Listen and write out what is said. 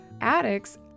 addicts